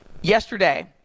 yesterday